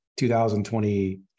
2020